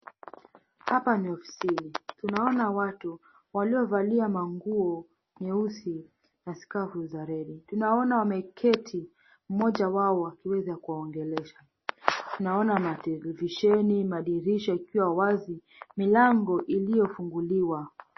Hapa ni ofisini tunaona watu waliovalia manguo nyeusi na sakafu za red tunaona wameketi mmoja wao akiweza kuwaongelesha. Tunaona matelevisheni madirisha ikiwa wazi, milango iliyofunguliwa.